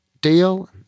deal